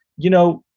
you know,